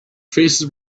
faces